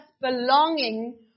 belonging